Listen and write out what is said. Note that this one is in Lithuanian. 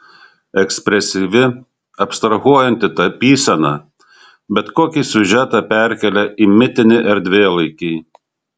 ekspresyvi abstrahuojanti tapysena bet kokį siužetą perkelia į mitinį erdvėlaikį